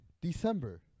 December